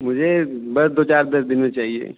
मुझे बस दो चार दिन में चाहिये